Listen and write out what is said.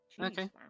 Okay